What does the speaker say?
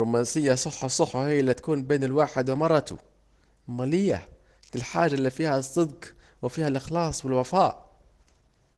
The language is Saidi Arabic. الرومانسية الصح الي هتكون بين الواحد ومرته اومال ايه، دي الحاجة الي فيها الصدج وفيها الاخلاص والوفاء